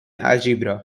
algebra